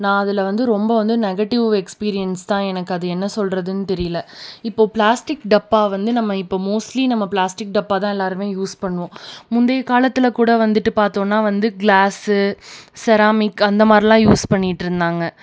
நான் அதில் வந்து ரொம்ப வந்து நெகட்டிவ் எக்ஸ்பீரியன்ஸ் தான் எனக்கு அது என்ன சொல்றதுனே தெரியல இப்போது பிளாஸ்டிக் டப்பா வந்து நம்ம இப்போ மோஸ்ட்லி நம்ம பிளாஸ்டிக் டப்பாதான் எல்லாருமே யூஸ் பண்ணுவோம் முந்தைய காலத்தில் கூட வந்துட்டு பார்த்தோன்னா வந்து கிளாஸ் செராமிக் அந்த மாதிரிலான் யூஸ் பண்ணிகிட்டு இருந்தாங்க